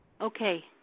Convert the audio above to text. Okay